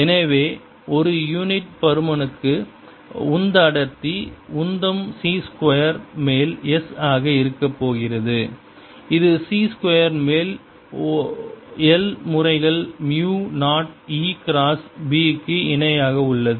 எனவே ஒரு யூனிட் பருமனுக்கு உந்த அடர்த்தி உந்தம் c ஸ்கொயர் மேல் S ஆக இருக்கப்போகிறது அது c ஸ்கொயர் மேல் 1 முறைகள் மியூ 0 E கிராஸ் B க்கு இணையாக உள்ளது